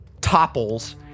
topples